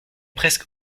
presque